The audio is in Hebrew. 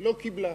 לא קיבלה.